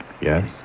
Yes